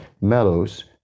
mellows